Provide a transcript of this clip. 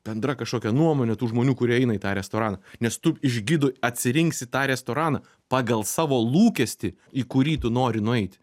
bendra kažkokia nuomonė tų žmonių kurie eina į tą restoraną nes tu iš gidų atsirinksi tą restoraną pagal savo lūkestį į kurį tu nori nueiti